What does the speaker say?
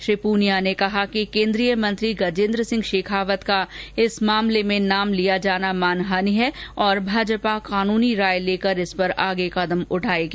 श्री पूनिया ने कहा कि केन्द्रीय मंत्री गजेन्द्र सिंह शेखावत का इस मामले में नाम लिया जाना मानहानि है और भाजपा कानूनी राय लेकर इसपर आगे कदम उठाएगी